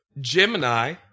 Gemini